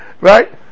Right